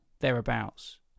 thereabouts